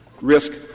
risk —